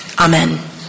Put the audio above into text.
Amen